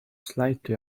slightly